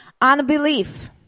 Unbelief